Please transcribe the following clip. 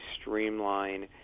streamline